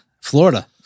Florida